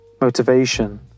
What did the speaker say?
Motivation